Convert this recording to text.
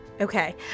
Okay